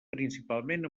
principalment